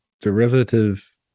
derivative